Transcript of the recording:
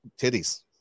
titties